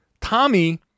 Tommy